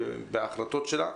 בהחלטות שלה,